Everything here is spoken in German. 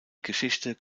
geschichte